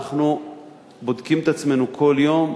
אנחנו בודקים את עצמנו כל יום,